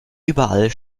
überall